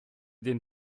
den